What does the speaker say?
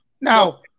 now